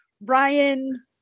Ryan